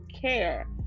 care